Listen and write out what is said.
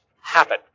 happen